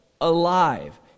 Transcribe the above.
alive